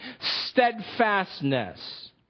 steadfastness